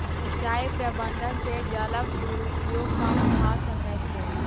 सिचाई प्रबंधन से जलक दुरूपयोग कम भअ सकै छै